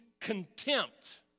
contempt